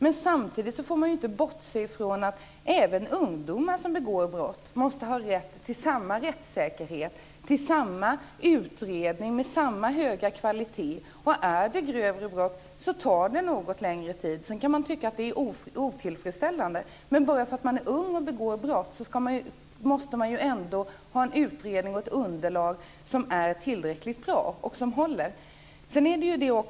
Samtidigt får man inte bortse från att även ungdomar som begår brott måste ha rätt till samma rättssäkerhet, till samma utredning med samma höga kvalitet. Är det grövre brott tar det något längre tid. Sedan kan vi tycka att det är otillfredsställande. Men bara för att man är ung och begår brott måste man ändå ha en utredning och ett underlag som är tillräckligt bra och som håller.